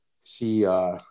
see